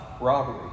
robbery